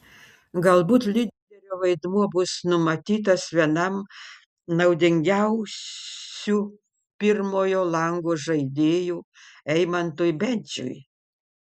galbūt lyderio vaidmuo bus numatytas vienam naudingiausių pirmojo lango žaidėjų eimantui bendžiui